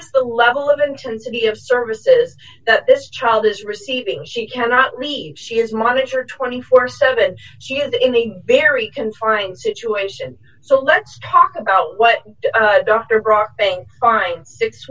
is the level of intensity of services that this child is receiving she cannot leave she is monitored twenty four so that she is in a very confined situation so let's talk about what dr grokking six